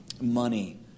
money